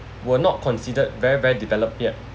were not considered very very develop yet